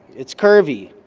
it's curvy.